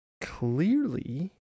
Clearly